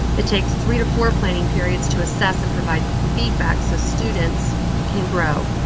it takes three to four planning periods to assess and provide feedback so students can grow.